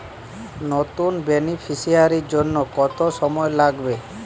নতুন বেনিফিসিয়ারি জন্য কত সময় লাগবে?